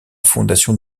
fondation